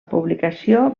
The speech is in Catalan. publicació